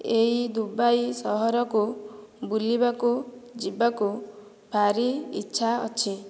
ଏହି ଦୁବାଇ ସହରକୁ ବୁଲିବାକୁ ଯିବାକୁ ଭାରି ଇଛା ଅଛି